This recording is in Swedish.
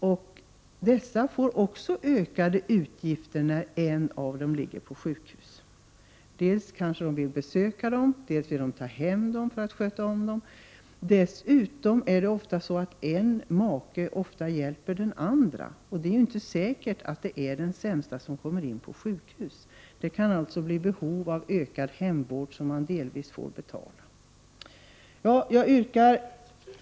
När en av dem ligger på sjukhus blir det ökade utgifter för den som är hemma. Dels vill man besöka den som ligger på sjukhus, dels kanske ta hem vederbörande för omvårdnad hemma. Dessutom hjälper ofta en make den andre, och det är inte säkert att det är den som är sämst som kommer in på sjukhus. Det kan alltså bli behov av ökad hemvård, som man delvis får betala.